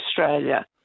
Australia